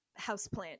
houseplant